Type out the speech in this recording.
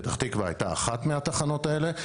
פתח-תקוה הייתה אחת מהתחנות האלה.